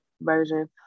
version